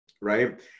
right